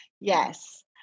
Yes